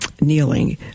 kneeling